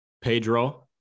Pedro